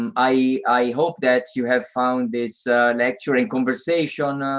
and i hope that you have found this lecture and conversation